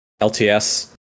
LTS